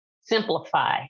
simplify